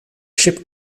ship